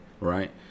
right